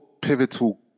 pivotal